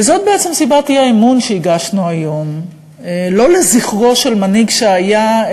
וזאת בעצם סיבת האי-אמון שהגשנו היום לא לזכרו של מנהיג שהיה,